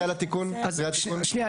שנייה,